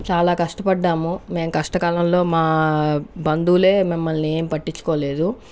చాలా కష్టపడ్డాము మేము కష్టకాలంలో మా బంధువులే మమల్ని ఏం పట్టించుకోలేదు